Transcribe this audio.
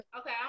okay